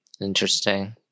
Interesting